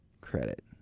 credit